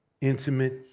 intimate